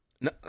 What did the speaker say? No